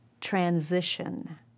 transition